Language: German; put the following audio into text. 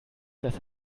dass